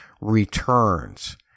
returns